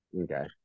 Okay